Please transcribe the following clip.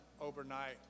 overnight